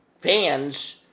fans